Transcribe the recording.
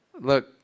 Look